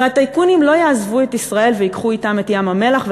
הרי הטייקונים לא יעזבו את ישראל וייקחו אתם את ים-המלח,